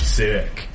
sick